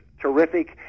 terrific